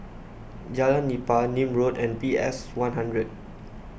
Jalan Nipah Nim Road and P S one hundred